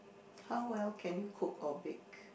how well can you cook or bake